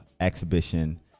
exhibition